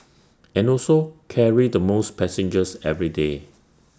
and also carry the most passengers every day